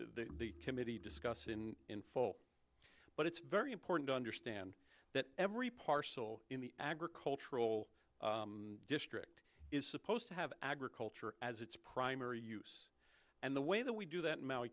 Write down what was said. committee discuss in in full but it's very important to understand that every parcel in the agricultural district is supposed to have agriculture as its primary use and the way that we do that